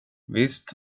visst